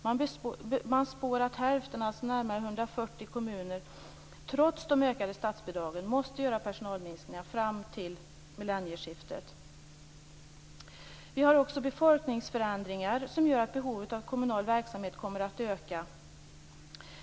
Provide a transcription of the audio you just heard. Man spår att hälften av kommunerna, alltså närmare 140 kommuner, trots de ökade statsbidragen måste göra personalminskningar fram till millennieskiftet. Också befolkningsförändringar gör att behovet av kommunal verksamhet kommer att öka.